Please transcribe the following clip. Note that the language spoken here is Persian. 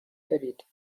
دارید